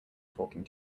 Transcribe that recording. talking